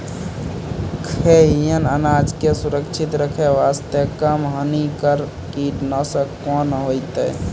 खैहियन अनाज के सुरक्षित रखे बास्ते, कम हानिकर कीटनासक कोंन होइतै?